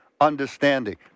understanding